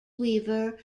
weaver